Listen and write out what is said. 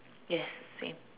yes same